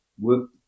work